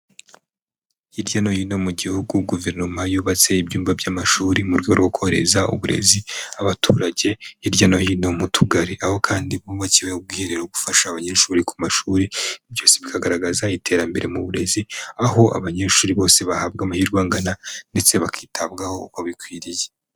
Hirya no hino mu gihugu Guverinoma yubatse ibyumba by'amashuri, mu rwego rwo korohereza uburezi abaturage hirya no hino mu tugari, aho kandi bubakiwe ubwiherero bufasha abanyeshuri ku mashuri byose bikagaragaza iterambere mu burezi, aho abanyeshuri bose bahabwa amahirwe angana ndetse bakitabwaho uko bikwiriye.